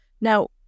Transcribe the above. Now